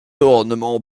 ornement